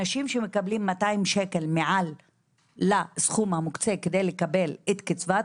אנשים שמקבלים 200 שקלים מעל לסכום המוקצה כדי לקבל את הקצבה,